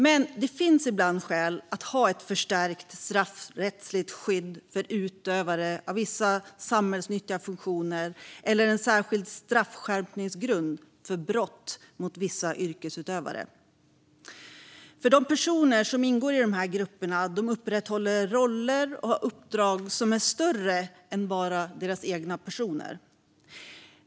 Men det finns ibland skäl att ha ett förstärkt straffrättsligt skydd för utövare av vissa samhällsnyttiga funktioner eller en särskild straffskärpningsgrund för brott mot vissa yrkesutövare. De personer som ingår i dessa grupper upprätthåller roller och har uppdrag som är större än deras egna personer.